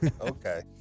Okay